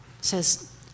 says